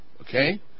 Okay